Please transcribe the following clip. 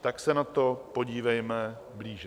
Tak se na to podívejme blíže.